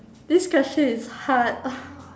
this question is hard ugh